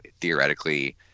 theoretically